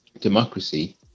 democracy